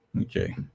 Okay